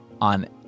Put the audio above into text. on